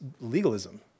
legalism